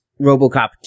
robocop